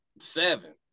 seven